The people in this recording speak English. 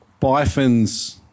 Bifins